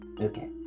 okay